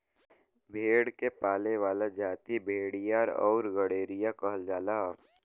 भेड़ के पाले वाला जाति भेड़ीहार आउर गड़ेरिया कहल जाला